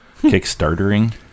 kickstartering